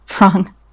Wrong